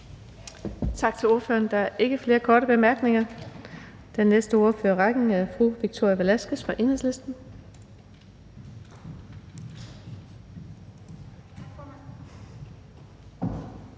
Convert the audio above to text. Tak til ordføreren. Der er ikke flere korte bemærkninger. Den næste ordfører i rækken er fru Victoria Velasquez fra Enhedslisten.